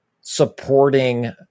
supporting